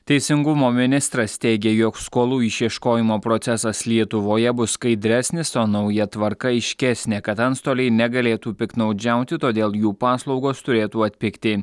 teisingumo ministras teigė jog skolų išieškojimo procesas lietuvoje bus skaidresnis o nauja tvarka aiškesnė kad antstoliai negalėtų piktnaudžiauti todėl jų paslaugos turėtų atpigti